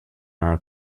are